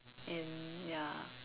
and ya